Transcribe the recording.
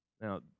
Now